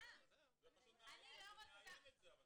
אני לא רוצה --- זה פשוט --- אבל בסדר.